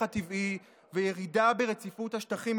כשייכנס התו הירוק החדש לתוקף,